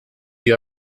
you